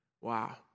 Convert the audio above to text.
Wow